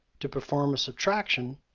to perform a subtraction,